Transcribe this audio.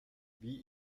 wie